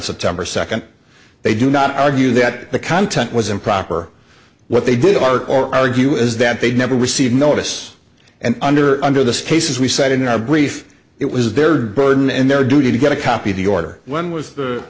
september second they do not argue that the content was improper what they did art or argue is that they never received notice and under under the cases we cited in our brief it was their burden and their duty to get a copy of the order when was